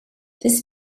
this